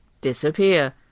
disappear